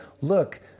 look